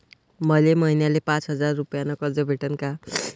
मले महिन्याले पाच हजार रुपयानं कर्ज भेटन का?